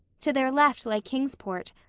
to their left lay kingsport,